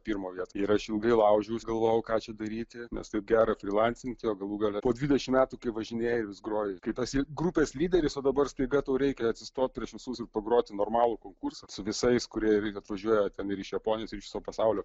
pirmo vietoj ir aš ilgai laužiausi galvojau ką čia daryti nes taip gera frylansinti o galų gale po dvidešimt metų kai važinėji vis groji kai tu esi grupės lyderis o dabar staiga tau reikia atsistoti prieš visus ir pagroti normalų konkursą su visais kurie atvažiuoja ten ir iš japonijos ir viso pasaulio